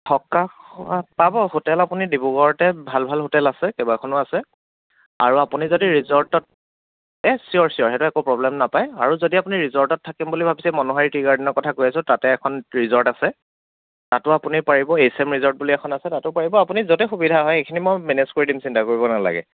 থকা খোৱা পাব হোটেল আপুনি ডিব্ৰুগড়তে ভাল ভাল হোটেল আছে কেইবাখনো আছে আৰু আপুনি যদি ৰিজৰ্টত এহ্ ছিয়'ৰ ছিয়'ৰ সেইটো একো প্ৰব্লেম নাপায় আৰু যদি আপুনি ৰিজৰ্টত থাকিম বুলি ভাবিছে মনোহাৰী টি গাৰ্ডেনৰ কথা কৈ আছোঁ তাতে এখন ৰিজৰ্ট আছে তাতো আপুনি পাৰিব এইছ এম ৰিজৰ্ট বুলি এখন আছে তাতো পাৰিব আপুনি য'তেই সুবিধা হয় এইখিনি মই মেনেজ কৰি দিম চিন্তা কৰিব নেলাগে